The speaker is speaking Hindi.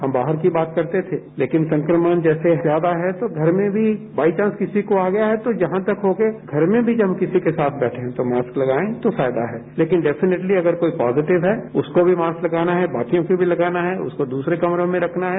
हम बाहर की बात करते थे लेकिन संक्रमण जैसे ज्यादा है तो घर में भी बाइचांस किसी को आ गया है तो जहां तक हो के घर में जब हम किसी के साथ बैठे हैं तो मास्क लगाएं तो फायदा है लेकिन डेफिनेटली अगर कोई पॉजिटिव है उसको भी मास्क लगाना है बाकियों को भी लगाना है उसको दूसरे कमरे में रखना है